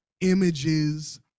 images